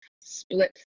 split